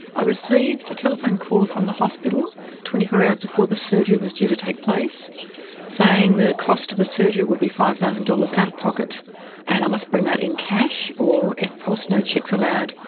i received a telephone call from the hospital twenty four hours before the surgery was due to take place saying the cost of the surgery would be five thousand dollars out of pocket and i must bring that in cash or eftpos, no cheques allowed,